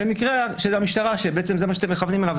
ומקרה שבעצם זה מה שאתם מכוונים אליו,